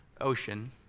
ocean